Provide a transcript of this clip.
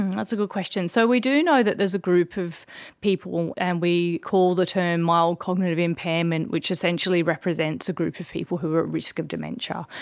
and and that's a good question. so we do know that there is a group of people and we call the term mild cognitive impairment, which essentially represents a group of people who are at risk of dementia.